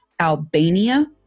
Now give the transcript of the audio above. Albania